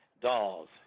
dolls